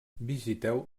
visiteu